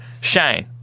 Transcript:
Shane